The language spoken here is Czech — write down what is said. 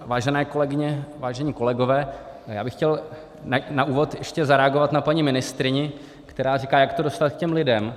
Vážené kolegyně, vážení kolegové, já bych chtěl na úvod ještě zareagovat na paní ministryni, která říká, jak to dostat k těm lidem.